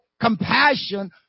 compassion